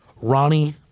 Ronnie